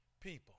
people